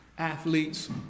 athletes